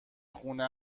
خونه